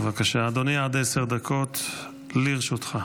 בבקשה, אדוני, עד עשר דקות לרשותך.